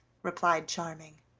replied charming.